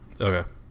Okay